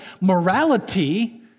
morality